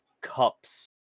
cups